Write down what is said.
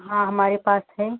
हाँ हमारे पास है